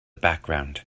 background